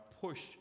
push